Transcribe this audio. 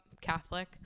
Catholic